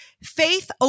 Faith